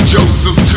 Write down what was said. Joseph